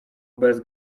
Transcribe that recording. bez